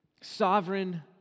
Sovereign